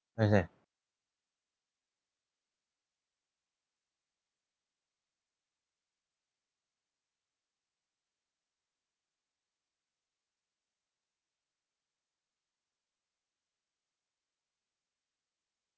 what you say